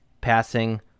passing